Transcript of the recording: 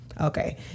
Okay